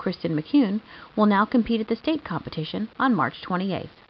kristin mckeon well now compete at the state competition on march twenty eighth